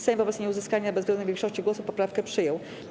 Sejm wobec nieuzyskania bezwzględnej większości głosów poprawkę przyjął.